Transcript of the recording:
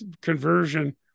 conversion